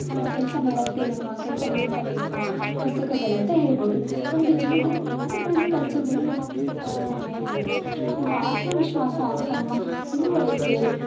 ಕೆಲಸ ಮಾಡುತ್ತೆ ನಮ್ಮ ಕೆಲಸ ಮಾಡ್ತವೆ ಪುಸ್ತಕಗಳಂತ ಹೇಳ್ಬೋದು ನಮಗೆ ಜೀವನದಲ್ಲಿ ಪಾಠಗಳನ್ನು ಕಲಿಸೋದ್ರಲ್ಲಿ ನಮ್ಮ ಪುಸ್ತಕಗಳು ಸಹಾಯ ಮಾಡುತ್ತೆ ನಮ್ಮ ಆತ್ಮ ವಿಶ್ವಾಸ ಅಥವಾ ನಮ್ಮ ತಿಳುವಳಿಕೆ